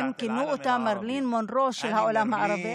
הם כינו אותה "מרילין מונרו של העולם הערבי".